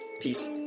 Peace